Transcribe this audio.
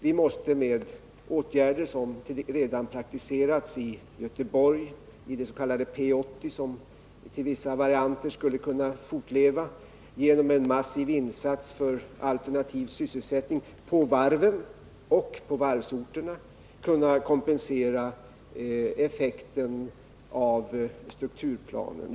Vi måste med åtgärder som redan praktiserats i Göteborg i det s.k. P 80, som i vissa varianter skulle kunna fortleva, genom en massiv insats för alternativ sysselsättning på varven och på varvsorterna kunna kompensera effekten av strukturplanen.